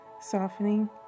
softening